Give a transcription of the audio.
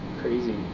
Crazy